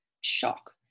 shock